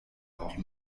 auch